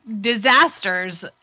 disasters